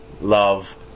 love